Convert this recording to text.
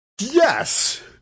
Yes